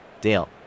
Dale